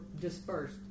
dispersed